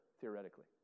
theoretically